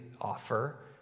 offer